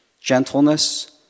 gentleness